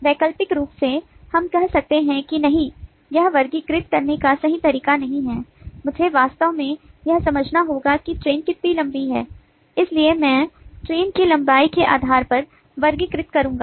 वैकल्पिक रूप से हम कह सकते हैं कि नहीं यह वर्गीकृत करने का सही तरीका नहीं है मुझे वास्तव में यह समझना होगा कि ट्रेन कितनी लंबी है इसलिए मैं ट्रेन की लंबाई के आधार पर वर्गीकृत करूंगा